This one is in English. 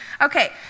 okay